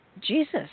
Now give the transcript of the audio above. Jesus